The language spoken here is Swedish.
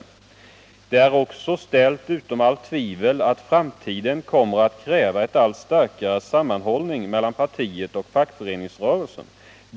Det är också ställt utom allt tvivel att framtiden kommer att kräva en allt - Nr 43 starkare sammanhållning mellan partiet och fackföreningsrörelsen.